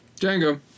Django